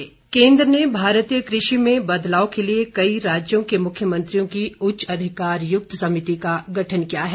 समिति केन्द्र ने भारतीय कृषि में बदलाव के लिए कई राज्यों के मुख्यमंत्रियों की उच्च अधिकार युक्त समिति का गठन किया है